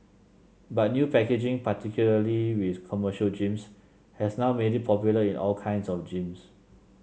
but new packaging particularly with commercial gyms has now made it popular in all kinds of gyms